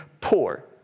poor